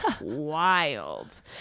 wild